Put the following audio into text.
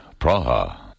Praha